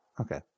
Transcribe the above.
okay